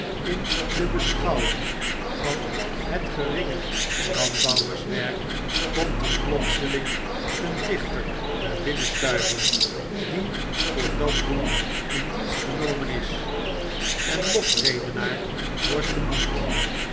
in de beschouwing van het geringe landbouwerswerk komt er plotseling een dicnter naar binnen stuiven die voor dat doel in dienst genomen is en lofredenaar wordt genoemd